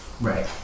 Right